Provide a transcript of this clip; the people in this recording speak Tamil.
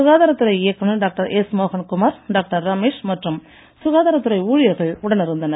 சுகாதாரத்துறை இயக்குனர் டாக்டர் எஸ் மோகன் குமார் டாக்டர் ரமேஷ் மற்றும் சுகாதாரத்துறை ஊழியர்கள் உடன் இருந்தனர்